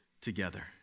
together